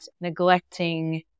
neglecting